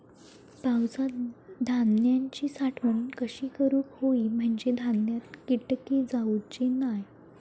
पावसात धान्यांची साठवण कशी करूक होई म्हंजे धान्यात कीटक जाउचे नाय?